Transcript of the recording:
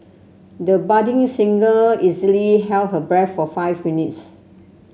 the budding singer easily held her breath for five minutes